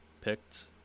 picked